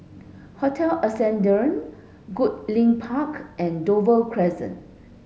Hotel Ascendere Goodlink Park and Dover Crescent